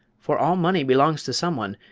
for all money belongs to some one,